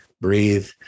breathe